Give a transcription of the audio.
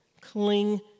cling